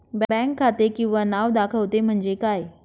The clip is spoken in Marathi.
बँक खाते किंवा नाव दाखवते म्हणजे काय?